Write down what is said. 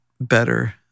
better